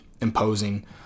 imposing